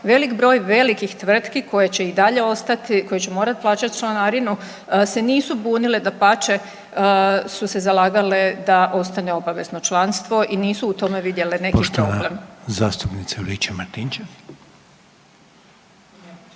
velik broj velikih tvrtki koje će i dalje ostati, koje će morati plaćati članarinu se nisu bunile. Dapače su se zalagale da ostane obavezno članstvo i nisu vidjele u tome neki problem. **Reiner, Željko (HDZ)**